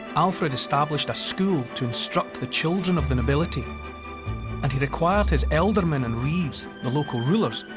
alfred established school to instruct the children of the nobility and he required his ealdormen and reeves, the local rulers,